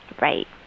right